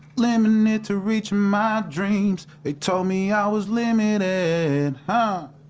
limited to reach my dreams they told me i was limited and um